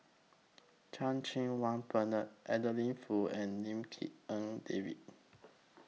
Chan Cheng Wah Bernard Adeline Foo and Lim Tik En David